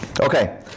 Okay